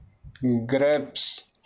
grapes